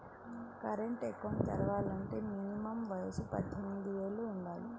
current account తెరవాలంటే minimum వయసు పద్దెనిమిది యేళ్ళు వుండాలి